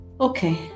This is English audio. Okay